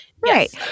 right